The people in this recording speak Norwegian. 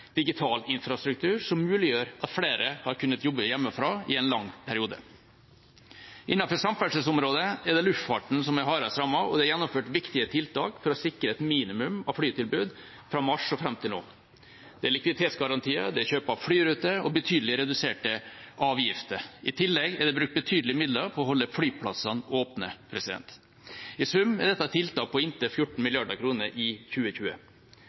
digital infrastruktur som muliggjør at flere har kunnet jobbe hjemmefra i en lang periode. Innenfor samferdselsområdet er det luftfarten som er hardest rammet, og det er gjennomført viktige tiltak for å sikre et minimum av flytilbud fra mars og fram til nå. Det er likviditetsgarantier, kjøp av flyruter og betydelig reduserte avgifter. I tillegg er det brukt betydelige midler på å holde flyplassene åpne. I sum er dette tiltak på inntil 14 mrd. kr i 2020.